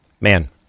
Man